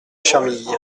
charmilles